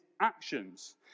actions